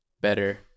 better